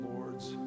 Lord's